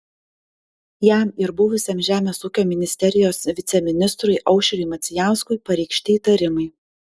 jam ir buvusiam žemės ūkio ministerijos viceministrui aušriui macijauskui pareikšti įtarimai